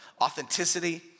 authenticity